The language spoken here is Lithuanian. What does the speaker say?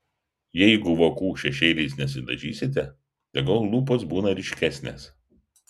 jeigu vokų šešėliais nesidažysite tegul lūpos būna ryškesnės